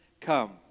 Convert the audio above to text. come